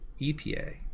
EPA